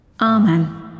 Amen